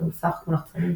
רכיבי מסך כמו לחצנים,